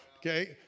Okay